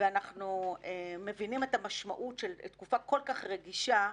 ואנחנו מבינים את המשמעות של תקופה כל כך רגישה,